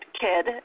kid